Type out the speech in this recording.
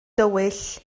dywyll